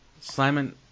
Simon